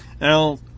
Now